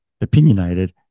opinionated